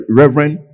reverend